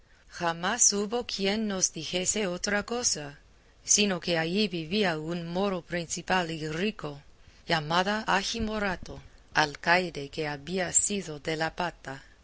jamás hubo quien nos dijese otra cosa sino que allí vivía un moro principal y rico llamado agi morato alcaide que había sido de la pata